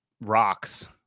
rocks